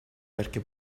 perché